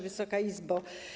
Wysoka Izbo!